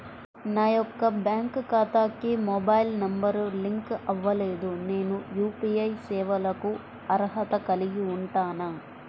నా యొక్క బ్యాంక్ ఖాతాకి మొబైల్ నంబర్ లింక్ అవ్వలేదు నేను యూ.పీ.ఐ సేవలకు అర్హత కలిగి ఉంటానా?